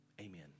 Amen